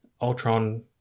Ultron